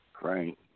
Frank